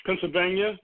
Pennsylvania